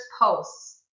posts